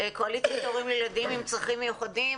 קואליציית הורים לילדים עם צרכים מיוחדים,